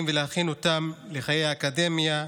ולהכין אותם לחיי האקדמיה ולתעסוקה.